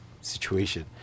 situation